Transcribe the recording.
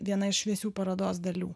viena šviesių parodos dalių